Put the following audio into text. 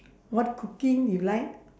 what cooking you like